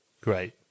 Great